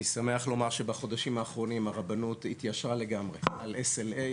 אני שמח לומר שבחודשים האחרונים הרבנות התיישרה לגמרי על SLA,